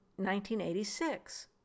1986